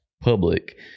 public